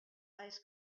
eyes